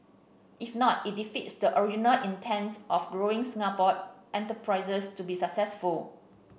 if not it defeats the original intent of growing Singapore enterprises to be successful